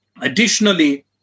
Additionally